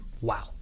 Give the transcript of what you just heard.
Wow